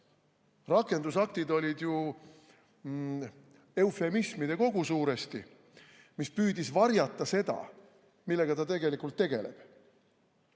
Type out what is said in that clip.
Rakendusaktid oli ju suuresti eufemismide kogu, mis püüdis varjata seda, millega ta tegelikult tegeleb,